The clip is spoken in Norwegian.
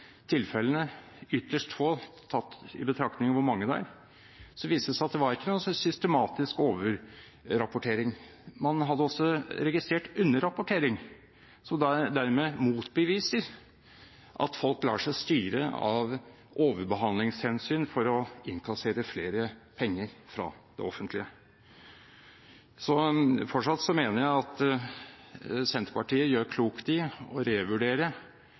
tilfellene, ytterst få tatt i betraktning av hvor mange det er, ikke var noen systematisk overrapportering. Man hadde også registrert underrapportering. Dermed motbevises det at folk lar seg styre av overbehandlingshensyn for å innkassere flere penger fra det offentlige. Så fortsatt mener jeg at Senterpartiet gjør klokt i å revurdere